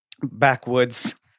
backwoods